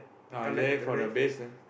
ah then from the base then